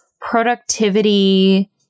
productivity